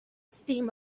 stream